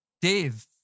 Dave